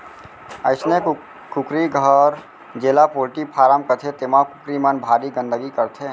अइसने कुकरी घर जेला पोल्टी फारम कथें तेमा कुकरी मन भारी गंदगी करथे